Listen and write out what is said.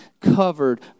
covered